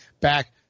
back